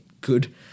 good